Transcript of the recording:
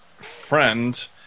friend